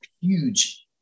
huge